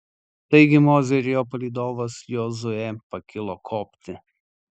taigi mozė ir jo palydovas jozuė pakilo kopti